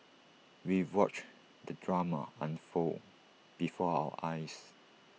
we watched the drama unfold before our eyes